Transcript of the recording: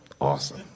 awesome